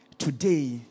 Today